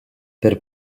per